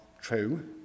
true